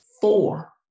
four